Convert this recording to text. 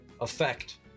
effect